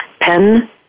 Pen